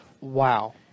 Wow